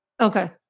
Okay